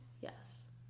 Yes